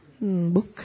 book